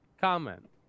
comment